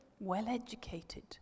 well-educated